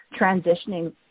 transitioning